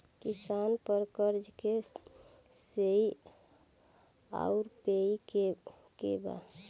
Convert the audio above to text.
किसान पर क़र्ज़े के श्रेइ आउर पेई के बा?